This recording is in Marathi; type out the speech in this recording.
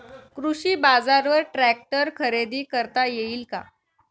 कृषी बाजारवर ट्रॅक्टर खरेदी करता येईल का?